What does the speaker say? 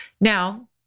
Now